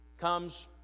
comes